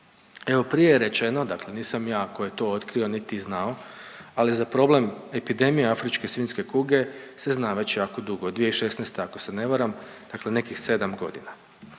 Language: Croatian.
Evo prije je rečeno, dakle nisam ja koji je to otkrio niti znao, ali za problem epidemija afričke svinjske kuge se zna već jako dugo 2016. ako se ne varam, dakle nekih 7 godina.